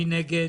מי נגד?